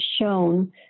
shown